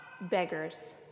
beggars